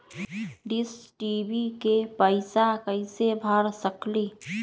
Dish TV के पैईसा कईसे भर सकली?